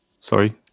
Sorry